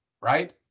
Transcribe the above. Right